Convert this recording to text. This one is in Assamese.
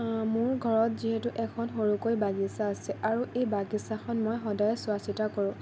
মোৰ ঘৰত যিহেতু এখন সৰুকৈ বাগিচা আছে আৰু এই বাগিচাখন মই সদায় চোৱা চিতা কৰোঁ